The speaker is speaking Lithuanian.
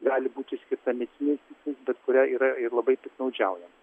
gali būti skirta mediciniais tikslais bet kuria yra ir labai piktnaudžiaujama